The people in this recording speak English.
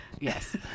yes